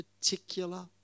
particular